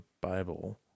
Bible